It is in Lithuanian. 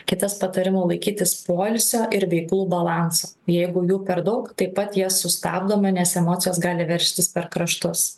kitas patarimų laikytis poilsio ir veiklų balanso jeigu jų per daug taip pat jie sustabdomi nes emocijos gali verstis per kraštus